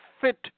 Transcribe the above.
fit